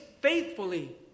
faithfully